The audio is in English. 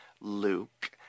Luke